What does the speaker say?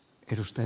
puhemies